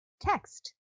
text